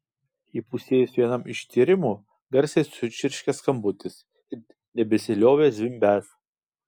įpusėjus vienam iš tyrimų garsiai sučirškė skambutis ir nebesiliovė zvimbęs